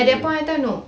at that point of time no